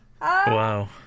Wow